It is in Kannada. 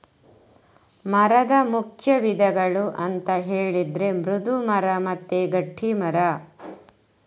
ಮರದ ಮುಖ್ಯ ವಿಧಗಳು ಅಂತ ಹೇಳಿದ್ರೆ ಮೃದು ಮರ ಮತ್ತೆ ಗಟ್ಟಿ ಮರ